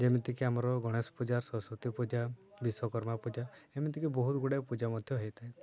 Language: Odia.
ଯେମିତିକି ଆମର ଗଣେଶ ପୂଜା ସରସ୍ଵତୀ ପୂଜା ବିଶ୍ୱକର୍ମା ପୂଜା ଏମିତିକି ବହୁତ ଗୁଡ଼ାଏ ପୂଜା ମଧ୍ୟ ହେଇଥାଏ